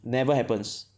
never happens